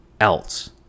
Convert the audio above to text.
else